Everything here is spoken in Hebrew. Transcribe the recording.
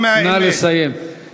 בשכונות של הערים הגדולות,